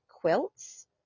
quilts